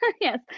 Yes